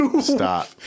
Stop